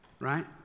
right